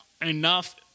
enough